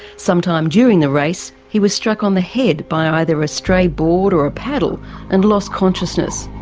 some time during the race, he was struck on the head by either a stray board or a paddle and lost consciousness.